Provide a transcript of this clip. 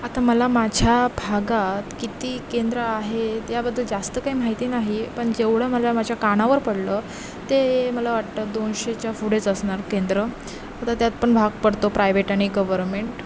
आता मला माझ्या भागात किती केंद्र आहे त्याबद्दल जास्त काही माहिती नाही पण जेवढं मला माझ्या कानावर पडलं ते मला वाटतं दोनशेच्या पुढेच असणार केंद्र आता त्यात पण भाग पडतो प्रायव्हेट आणि गव्हर्मेंट